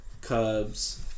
Cubs